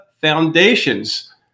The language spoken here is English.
Foundations